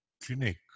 clinic